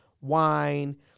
wine